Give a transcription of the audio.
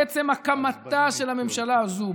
עצם הקמתה של הממשלה הזאת,